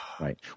right